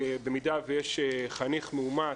במידה שיש חניך מאומת,